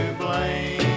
blame